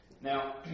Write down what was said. Now